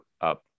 up